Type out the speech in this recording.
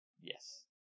Yes